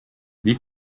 wie